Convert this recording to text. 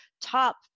top